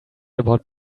about